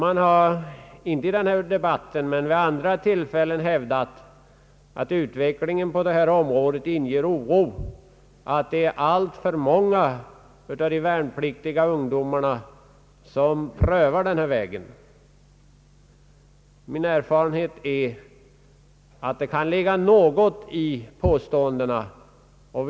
Man har, inte i den här debatten men vid andra tillfällen, hävdat att utvecklingen på detta område inger oro; att alltför många av de värnpliktiga ungdomarna prövar den här vägen. Min erfarenhet är att det inte finns något fog för detta påstående.